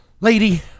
Lady